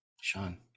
Sean